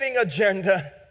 agenda